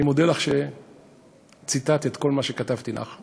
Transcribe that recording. אני מודה לך על שציטטת כל מה שכתבתי לך,